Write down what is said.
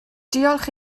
diolch